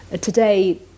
Today